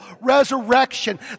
resurrection